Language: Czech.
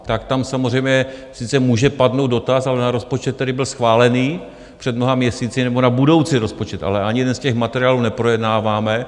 Tak tam samozřejmě sice může padnout dotaz, ale na rozpočet, který byl schválený před mnoha měsíci, nebo na budoucí rozpočet, ale ani jeden z těch materiálů neprojednáváme.